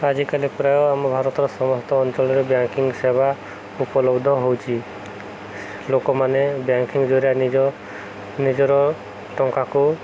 ଆଜିକାଲି ପ୍ରାୟ ଆମ ଭାରତର ସମସ୍ତ ଅଞ୍ଚଳରେ ବ୍ୟାଙ୍କିଙ୍ଗ ସେବା ଉପଲବ୍ଧ ହେଉଛି ଲୋକମାନେ ବ୍ୟାଙ୍କିଙ୍ଗ ଦାରା ନିଜ ନିଜର ଟଙ୍କାକୁ